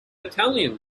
italian